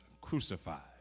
crucified